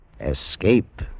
Escape